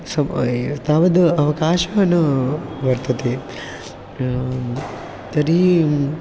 समये तावद् अवकाशः न वर्तते तर्हि